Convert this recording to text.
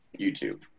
YouTube